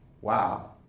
Wow